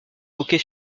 hockey